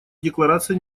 декларация